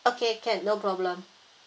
okay can no problem